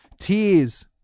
tears